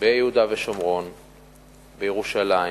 ביהודה ושומרון ובירושלים,